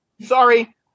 Sorry